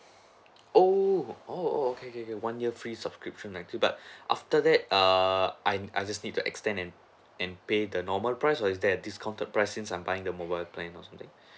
oo oo oo okay okay okay one year free subscription Netflix but after that err I I just need to extend and and pay the normal price or is there a discounted price since I'm buying the mobile plan or something